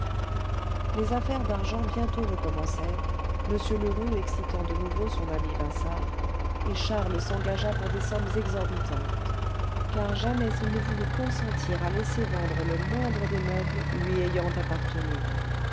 les affaires d'argent bientôt recommencèrent m lheureux excitant de nouveau son ami vinçart et charles s'engagea pour des sommes exorbitantes car jamais il ne voulut consentir à laisser vendre le moindre des meubles ne lui avaient appartenu